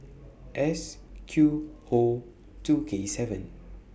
S Q O two K seven